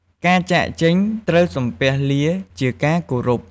ពេលចាកចេញ ត្រូវសំពះលាជាការគោរព។